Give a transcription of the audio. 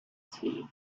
tea